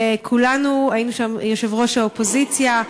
יושב-ראש האופוזיציה,